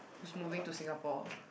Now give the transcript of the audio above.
who's moving to Singapore